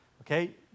okay